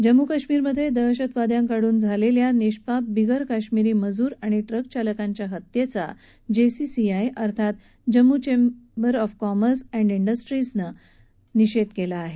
जम्मू कश्मीरमधे दहशतवाद्यांकडून झालेल्या निष्पाप बिगर काश्मिरी मजूर आणि ट्रकचालकांच्या हत्येचा जेसीसीआय अर्थात Jammu chamber of commerce and इंडस्ट्रीजनं निषेध केला आहे